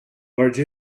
barge